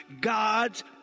God's